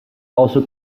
also